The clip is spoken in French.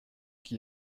qui